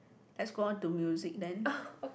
let's go on to music then